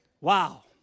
Wow